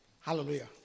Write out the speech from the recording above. Hallelujah